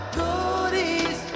goodies